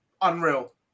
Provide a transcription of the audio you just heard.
Unreal